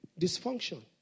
Dysfunction